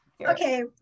Okay